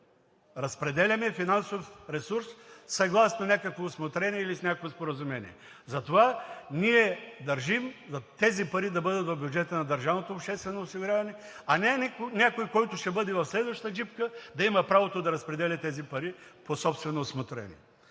разпределяме финансов ресурс съгласно някакво усмотрение или с някакво споразумение. Затова ние държим тези пари да бъдат в бюджета на държавното обществено осигуряване, а не някой, който ще бъде в следваща джипка, да има право да разпределя тези пари по собствено усмотрение.